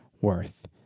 worth